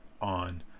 on